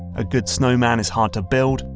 a good snowman is hard to build,